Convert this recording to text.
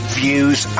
views